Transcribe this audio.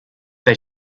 they